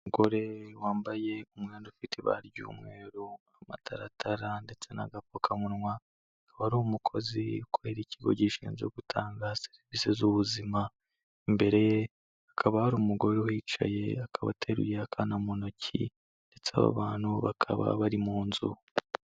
Umugore wambaye umwenda ufite ibara ry'umweru, amataratara ndetse n'agapfukamunwa, akaba ari umukozi ukorera ikigo gishinzwe gutanga serivise z'ubuzima, imbere hakaba hari umugore uhicaye akaba ateruye akana mu ntoki ndetse aba bantu bakaba bari mu nzu.